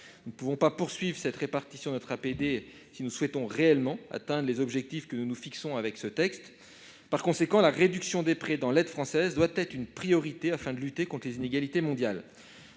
dette de nos pays partenaires. Cette répartition de notre APD n'est pas tenable si nous souhaitons réellement atteindre les objectifs que nous nous fixons avec ce texte. Par conséquent, la réduction des prêts dans l'aide française doit être une priorité afin de lutter contre les inégalités mondiales.